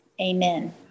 Amen